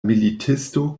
militisto